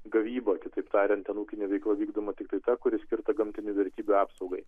gavybą kitaip tariant ten ūkinė veikla vykdoma tiktai ta kuri skirta gamtinių vertybių apsaugai